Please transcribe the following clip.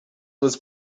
was